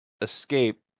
escape